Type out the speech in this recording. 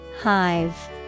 Hive